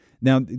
Now